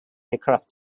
aircraft